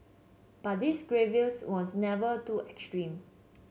but these grievance was never too extreme